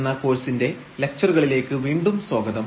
എന്ന കോഴ്സിന്റെ ലക്ച്ചറുകളിലേക്ക് വീണ്ടും സ്വാഗതം